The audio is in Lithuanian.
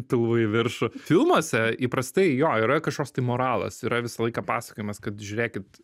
tu buvai į viršų filmuose įprastai jo yra kažkoks tai moralas yra visą laiką pasakojimas kad žiūrėkit